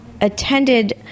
attended